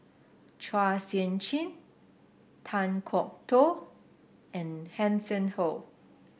Chua Sian Chin Kan Kwok Toh and Hanson Ho